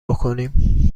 بکنیم